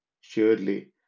Surely